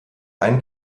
ein